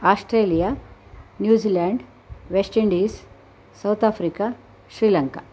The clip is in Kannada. Australia New Zealand West Indies South Africa Sri Lanka